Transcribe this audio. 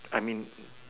I mean